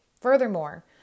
Furthermore